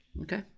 okay